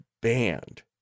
banned